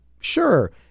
Sure